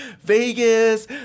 Vegas